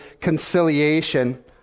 conciliation